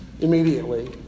immediately